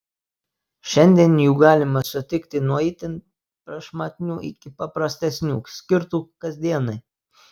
šiandien jų galima sutikti nuo itin prašmatnių iki paprastesnių skirtų kasdienai